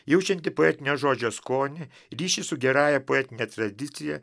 jaučianti poetinio žodžio skonį ryšį su gerąja poetine tradicija